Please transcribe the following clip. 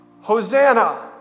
Hosanna